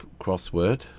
crossword